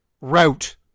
route